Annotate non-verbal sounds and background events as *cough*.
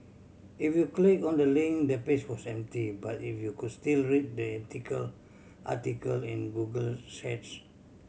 if you click on the link the page was empty but you will could still read the *unintelligible* article in Google's cache